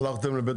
הלכתם לבית משפט?